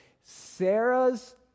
Sarah's